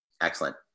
excellent